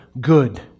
good